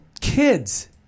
kids